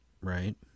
right